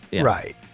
right